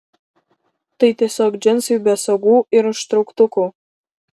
tai tiesiog džinsai be sagų ir užtrauktukų